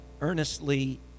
earnestly